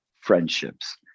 friendships